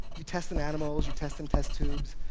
you test in animals, you test in test tubes,